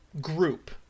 group